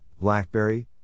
BlackBerry